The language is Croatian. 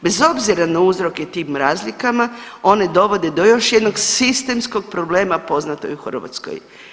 Bez obzire na uzroke tim razlikama one dovode do još jednog sistemskog problema poznatog u Hrvatskoj.